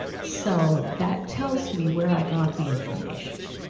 so that tells me where i got the information